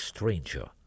Stranger